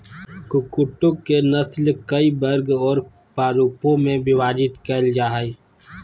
कुक्कुटों के नस्ल कई वर्ग और प्ररूपों में विभाजित कैल जा हइ